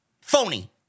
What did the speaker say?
Phony